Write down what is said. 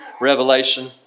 revelation